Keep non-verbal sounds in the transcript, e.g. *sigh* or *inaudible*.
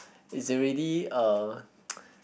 is already uh *noise*